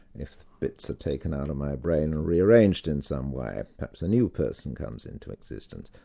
if bits are taken out of my brain and rearranged in some way, perhaps a new person comes into existence.